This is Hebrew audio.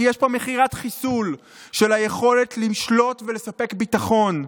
כי יש פה מכירת חיסול של היכולת לשלוט ולספק ביטחון.